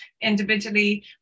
individually